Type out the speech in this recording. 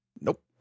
Nope